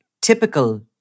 typical